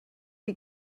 you